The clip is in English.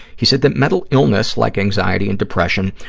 he said that mental illness, like anxiety and depression,